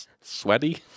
Sweaty